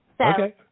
Okay